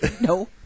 No